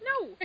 No